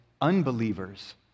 unbelievers